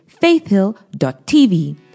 faithhill.tv